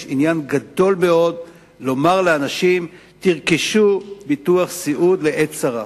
יש עניין גדול מאוד לומר לאנשים: תרכשו ביטוח סיעוד לעת צרה.